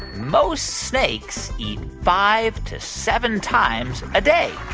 most snakes eat five to seven times a day?